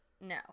No